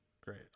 Great